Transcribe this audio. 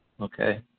okay